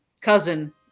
cousin